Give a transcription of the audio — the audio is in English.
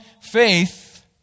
faith